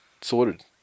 Sorted